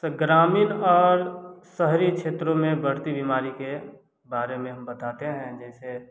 ग्रामीण और शहरी क्षेत्रों में बढ़ती बीमारी के बारे में हम बताते हैं जैसे